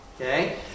Okay